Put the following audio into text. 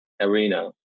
arena